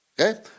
Okay